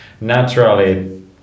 naturally